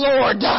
Lord